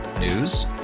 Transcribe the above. News